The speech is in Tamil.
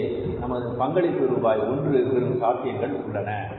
இங்கே நமக்கு பங்களிப்பு ரூபாய் 1 பெறும்சாத்தியங்கள் உள்ளன